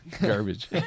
garbage